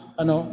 ano